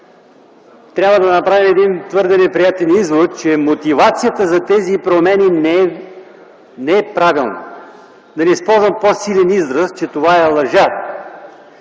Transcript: трябва да направим твърде неприятен извод, че мотивацията за тези промени не е правилна – да не използвам по-силен израз, че това е лъжа.